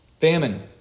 Famine